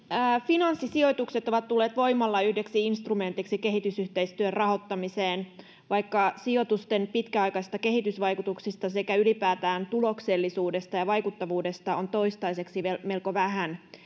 finanssisijoitukset ovat tulleet voimalla yhdeksi instrumentiksi kehitysyhteistyön rahoittamiseen vaikka sijoitusten pitkäaikaisista kehitysvaikutuksista sekä ylipäätään tuloksellisuudesta ja vaikuttavuudesta on toistaiseksi melko vähän